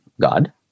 God